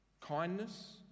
Kindness